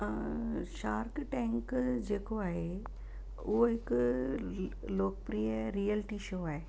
shark Tank जेको आहे उहो हिकु लोकप्रिय रीयलटी शो आहे